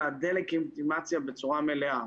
אלא הדה-לגיטימציה בצורה מלאה.